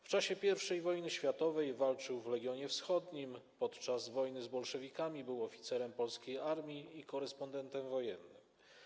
W czasie I wojny światowej walczył w Legionie Wschodnim, podczas wojny z bolszewikami był oficerem polskiej armii i korespondentem wojennym.